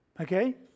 Okay